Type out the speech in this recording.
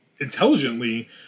intelligently